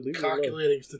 Calculating